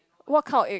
what kind of egg